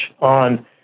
on